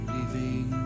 Leaving